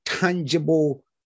tangible